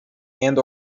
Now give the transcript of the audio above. and